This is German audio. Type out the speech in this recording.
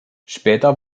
später